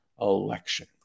election